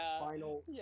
final